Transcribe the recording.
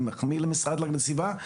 אני מחמיא למשרד להגנת הסביבה.